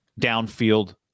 downfield